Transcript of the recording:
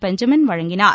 Benjamin வழங்கினார்